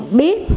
biết